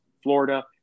Florida